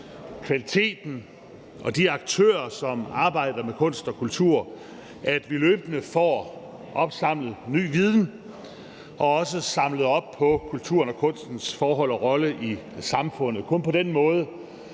kvaliteten og de aktører, som arbejder med kunst og kultur, at vi løbende får opsamlet ny viden og også samler op på kulturen og kunstens forhold og rolle i samfundet. Kun på den måde